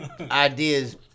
Ideas